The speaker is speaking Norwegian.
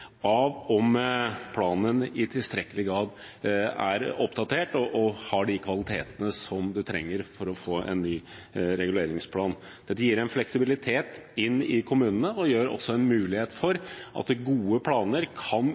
av om planen i tilstrekkelig grad er oppdatert og har de kvalitetene man trenger for å få en ny reguleringsplan. Dette gir en fleksibilitet for kommunene og gir også en mulighet for at gode planer kan